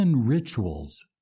Rituals